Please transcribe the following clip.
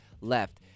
left